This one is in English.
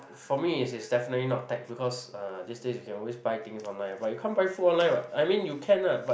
for me it's it's definitely not tech because uh these days you can always buy things online ah but you can't buy food online what I mean you can lah but